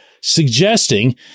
suggesting